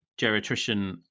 geriatrician